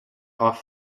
off